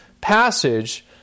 passage